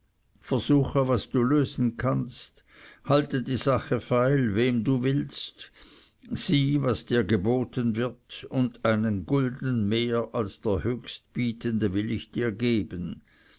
versuche was du lösen kannst halte die sache feil wem du willst sieh was dir geboten wird und einen gulden mehr als der höchstbietende will ich dir geben